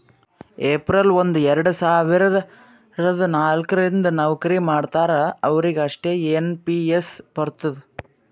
April ಒಂದು ಎರಡ ಸಾವಿರದ ನಾಲ್ಕ ರಿಂದ್ ನವ್ಕರಿ ಮಾಡ್ತಾರ ಅವ್ರಿಗ್ ಅಷ್ಟೇ ಎನ್ ಪಿ ಎಸ್ ಬರ್ತುದ್